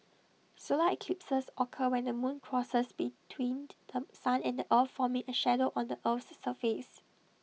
solar eclipses occur when the moon crosses between The Sun and the earth forming A shadow on the Earth's surface